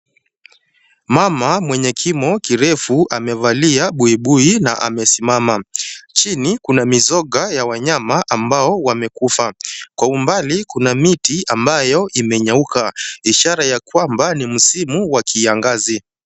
Mama mwenye kimo kirefu amevalia buibui na amesimama. Chini kuna mizoga ya wanyama ambao wamekufa. Kwa umbali kuna miti ambayo imenyauka ishara ya kwamba ni msimu wa kiangazi.